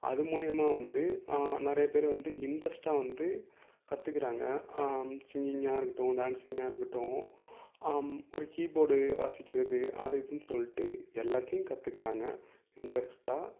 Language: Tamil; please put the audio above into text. அது மூலயமா வந்து நிறைய பேர் வந்து இன்ட்ரெஸ்ட்டாக வந்து கத்துக்கிறாங்க சிங்கிங்காருக்குட்டும் டான்ஸிங்காருக்குட்டும் ஒரு கீபோர்டு வாசிக்கிறது அது இதுன்னு சொல்லிட்டு எல்லாத்தையும் கற்றுக்குறாங்க இன்ட்ரெஸ்ட்டாக